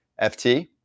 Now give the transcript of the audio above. FT